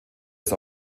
ist